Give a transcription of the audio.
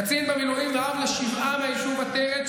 קצין במילואים ואב לשבעה מהיישוב עטרת,